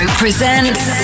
presents